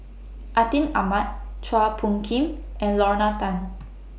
Atin Amat Chua Phung Kim and Lorna Tan